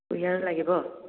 কুঁহিয়াৰ লাগিব